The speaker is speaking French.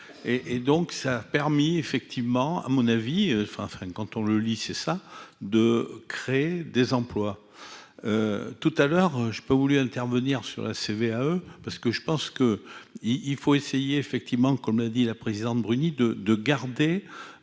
et donc ça a permis effectivement à mon avis, enfin, enfin, quand on le lit, c'est ça, de créer des emplois tout à l'heure, je peux vous vouliez intervenir sur la CVAE parce que je pense que il faut essayer effectivement comme l'a dit la présidente Bruni de de garder